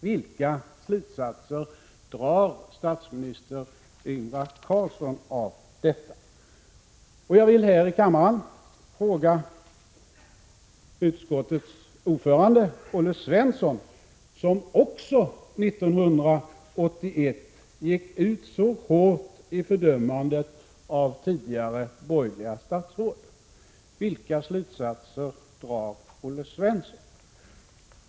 Vilka slutsatser drar statsminister Ingvar Carlsson av detta? som även han gick ut så hårt i fördömandet av tidigare borgerliga statsråd år 1981: Vilka slutsatser drar Olle Svensson?